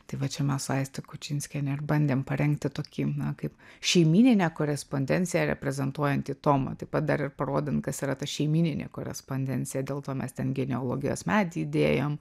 tai va čia mes aiste kučinskiene ir bandėm parengti tokį kaip šeimyninę korespondenciją reprezentuojantį tomą taip pat dar ir parodant kas yra ta šeimyninė korespondencija dėl to mes ten genealogijos medį įdėjom